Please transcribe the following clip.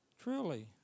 Truly